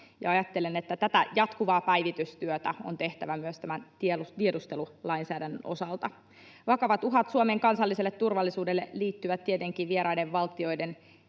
Ajattelen, että tätä jatkuvaa päivitystyötä on tehtävä myös tämän tiedustelulainsäädännön osalta. Vakavat uhat Suomen kansalliselle turvallisuudelle liittyvät tietenkin vieraiden valtioiden